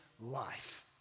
life